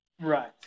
right